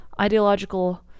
ideological